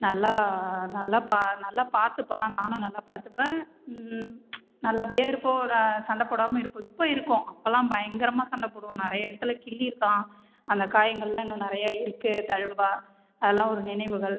நல்லா நல்லா பா நல்லா பார்த்துப்பா நானு நல்லா பார்த்துப்பேன் நல்லபடியாக இருப்போம் ஒரு சண்டை போடாமல் இருப்போம் இப்போ இருக்கோம் அப்போலாம் பயங்கரமாக சண்டை போடுவோம் நிறைய இடத்துல கில்லிருக்கான் அந்த காயங்கள்லாம் இன்னும் நிறையா இருக்குது தழும்பா அதெல்லா ஒரு நினைவுகள்